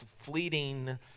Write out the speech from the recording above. fleeting